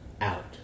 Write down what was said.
out